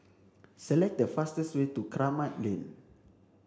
select the fastest way to Kramat Lane